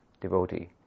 devotee